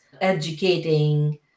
educating